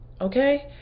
okay